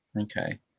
Okay